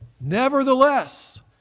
Nevertheless